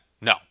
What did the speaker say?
No